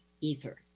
ether